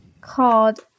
called